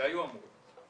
שהיו אמורים.